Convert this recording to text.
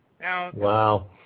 Wow